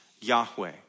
Yahweh